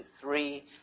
three